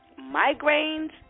migraines